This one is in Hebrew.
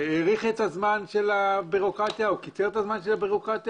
האריך את זמן הבירוקרטיה או קיצר את זמן הבירוקרטיה.